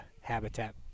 habitat